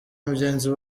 mugenzi